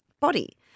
body